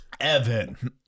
Evan